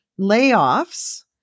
layoffs